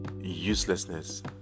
uselessness